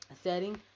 setting